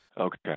Okay